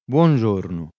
Buongiorno